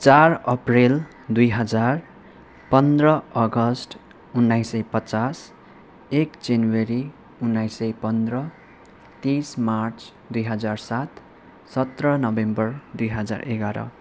चार अप्रेल दुई हजार पन्ध्र अगस्ट उन्नाइस सय पचास एक जनवरी उन्नाइस सय पन्ध्र तिस मार्च दुई हजार सात सत्र नोभेम्बर दुई हजार एघार